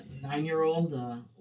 nine-year-old